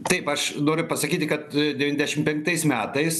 taip aš noriu pasakyti kad devyniasdešim penktais metais